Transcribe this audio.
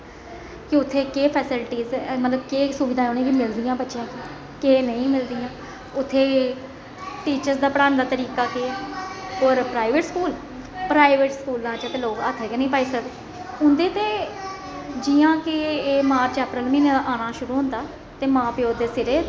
कि उत्थै फैसीलिटस मतलब केह् सुविधां उ'नें गी मिलदियां बच्चें गी केह् नेईं मिलदियां उत्थै टिचरस दा पढ़ानै दा तरीका केह् होर प्राइवेट स्कूल प्राइवेट स्कूलें च ते लोक हत्थ गै नेईं पाई सकदे उं'दे ते जि'यां कि एह् मार्च अप्रेल म्हीना आना शुरु होंदा ते मां प्यो दे सिरे